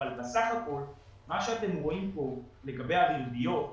אבל בסך הכול מה שאתם רואים כאן לגבי הריביות,